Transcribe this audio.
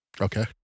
Okay